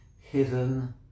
hidden